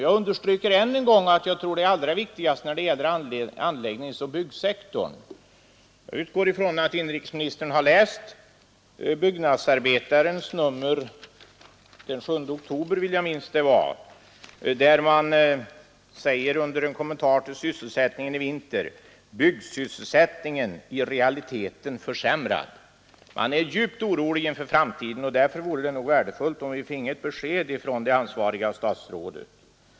Jag understryker än en gång att jag tror det är allra viktigast när det gäller anläggningsoch byggsektorn. Jag utgår ifrån att inrikesministern har läst tidningen Byggnadsarbetaren från den 7 november, där man säger under en kommentar till sysselsättningen i vinter: ”Byggsysselsättningen i realiteten försämrad”. Man är djupt oroad inför framtiden, och därför vore det värdefullt om vi fick ett besked från det ansvariga statsrådet.